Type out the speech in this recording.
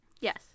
yes